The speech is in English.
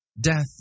Death